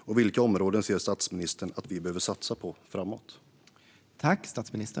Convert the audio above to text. Och vilka områden ser statsministern att vi behöver satsa på framöver?